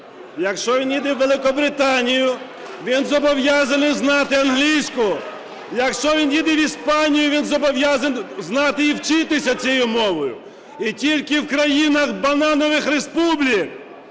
якщо він їде в Великобританію, він зобов'язаний знати англійську, якщо він їде в Іспанію, він зобов'язаний знати і вчитися цією мовою. І тільки в країнах "бананових республік"